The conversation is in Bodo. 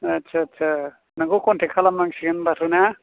आच्चा आच्चा नोंखौ कन्टेक्ट खालामनांसिगोन होनबाथ' ने